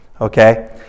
okay